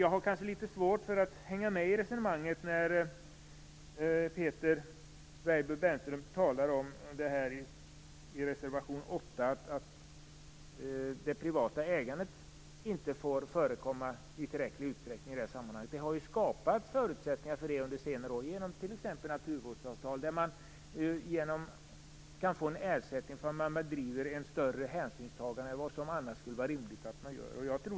Jag har litet svårt att hänga med resonemanget när Peter Weibull Bernström i reservation 8 tar upp att det privata ägandet inte tillåts i tillräcklig utsträckning i det sammanhanget. Förutsättningar för detta har ju skapats under senare år genom t.ex. naturvårdsavtal. Genom dem kan man få ersättning för att man driver verksamheten med ett större hänsynstagande än vad som annars skulle vara rimligt.